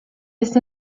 ist